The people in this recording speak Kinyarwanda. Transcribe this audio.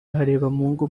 harebamungu